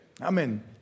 Amen